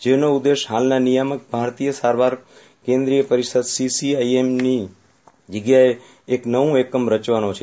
જેનો ઉદ્દેશ્ય હાલના નિયામક ભારતીય સારવાર કેન્દ્રીય પરિષદ સીસી આઈ એમ ની જગ્યાએ એક નવું એકમ રચવાનો છે